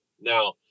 Now